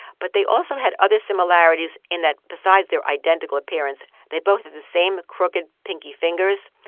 but they also had other similarities in that besides their identical appearance, they both had the same crooked pinky fingers.